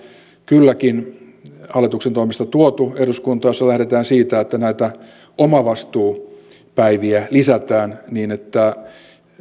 kylläkin hallituksen toimesta tuotu eduskuntaan leikkausehdotuksia joissa lähdetään siitä että näitä omavastuupäiviä lisätään niin että